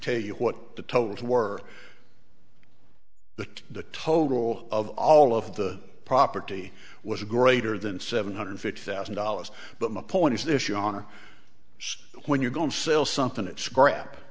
tell you what the totals were the total of all of the property was greater than seven hundred fifty thousand dollars but my point is this you on when you're going to sell something it's crap